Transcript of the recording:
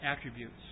attributes